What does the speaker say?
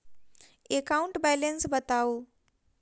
account balance बताउ